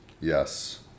Yes